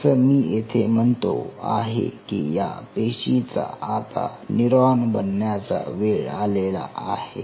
जसं मी येथे म्हणतो आहे की या पेशीचा आता न्यूरॉन् बनण्याचा वेळ आलेला आहे